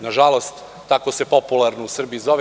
Nažalost, tako se popularno u Srbiji zove.